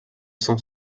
cent